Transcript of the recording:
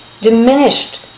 diminished